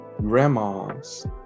grandmas